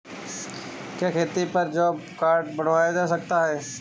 क्या खेती पर जॉब कार्ड बनवाया जा सकता है?